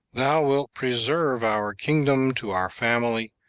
thou wilt preserve our kingdom to our family,